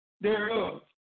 thereof